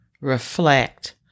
reflect